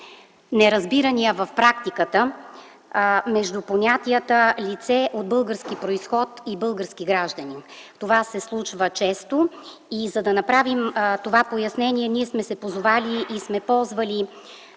неразбирания в практиката между понятията „лице от български произход” и „български гражданин”. Това се случва често. За да направим това пояснение, сме се позовали и сме ползвали